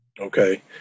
Okay